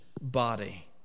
body